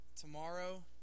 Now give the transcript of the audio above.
tomorrow